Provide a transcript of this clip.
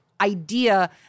idea